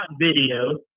Video